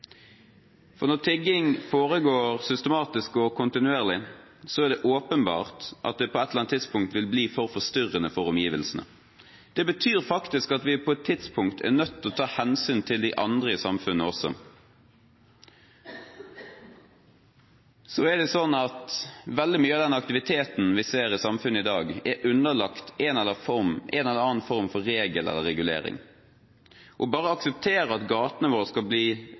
erkjenne. Når tigging foregår systematisk og kontinuerlig, er det åpenbart at det på et eller annet tidspunkt vil bli for forstyrrende for omgivelsene. Det betyr at vi på et tidspunkt er nødt til å ta hensyn til også de andre i samfunnet. Veldig mye av den aktiviteten vi ser i samfunnet i dag, er underlagt en eller annen form for regel eller regulering. Bare å akseptere at gatene våre skal bli